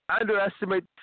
underestimate